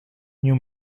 new